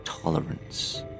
tolerance